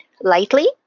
lightly